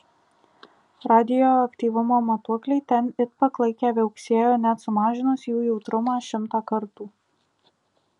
radioaktyvumo matuokliai ten it paklaikę viauksėjo net sumažinus jų jautrumą šimtą kartų